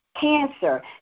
cancer